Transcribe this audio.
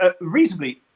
reasonably